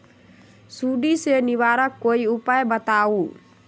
सुडी से निवारक कोई उपाय बताऊँ?